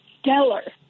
stellar